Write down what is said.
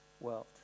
world